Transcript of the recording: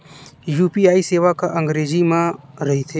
UPI सेवा का अंग्रेजी मा रहीथे?